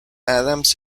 adams